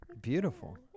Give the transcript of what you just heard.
Beautiful